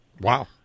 Wow